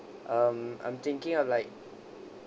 um I'm thinking of like